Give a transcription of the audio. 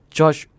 George